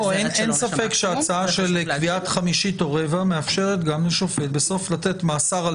אין ספק שהצעה של קביעת חמישית או רבע מאפשרת גם לשופט בסוף לתת מאסר על